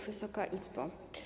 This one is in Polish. Wysoka Izbo!